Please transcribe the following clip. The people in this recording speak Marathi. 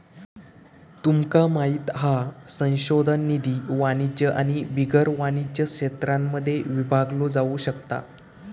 तुमका माहित हा संशोधन निधी वाणिज्य आणि बिगर वाणिज्य क्षेत्रांमध्ये विभागलो जाउ शकता